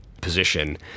position